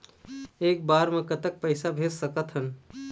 एक बार मे कतक पैसा भेज सकत हन?